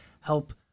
help –